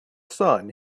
sun